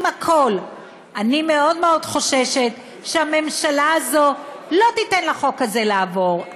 עם הכול אני חוששת מאוד מאוד שהממשלה הזו לא תיתן לחוק הזה לעבור,